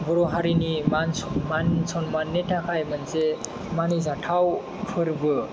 बर' हारिनि मान सन्माननि थाखाय मोनसे मानिजाथाव फोरबो